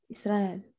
Israel